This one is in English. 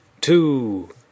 two